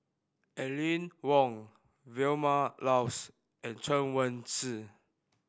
Aline Wong Vilma Laus and Chen Wen Hsi